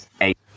eight